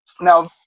Now